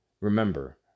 remember